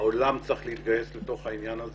העולם צריך להתגייס לעניין הזה.